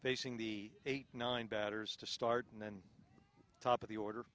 facing the eight nine batters to start and then the top of the order